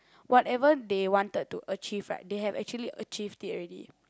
whatever they wanted to achieve right they have actually achieved it already